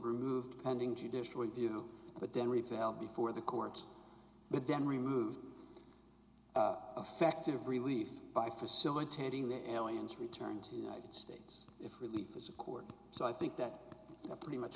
approved pending judicial review but then refile before the court but then removed affective relief by facilitating the aliens returning to the united states if relief is a court so i think that pretty much